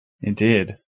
Indeed